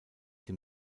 dem